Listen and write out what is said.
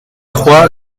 trois